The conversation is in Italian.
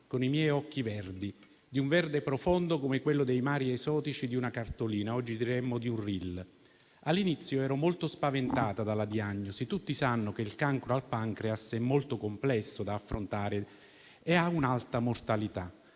con i miei occhi verdi, di un verde profondo come quello dei mari esotici di una cartolina, oggi diremmo di un *reel*. All'inizio ero molto spaventata dalla diagnosi. Tutti sanno che il cancro al pancreas è molto complesso da affrontare e ha un'alta mortalità